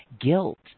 guilt